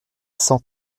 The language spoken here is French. cent